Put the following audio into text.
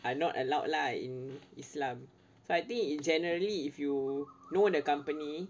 are not allowed lah in islam so I think in generally if you know the company